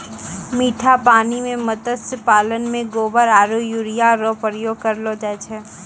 मीठा पानी मे मत्स्य पालन मे गोबर आरु यूरिया रो प्रयोग करलो जाय छै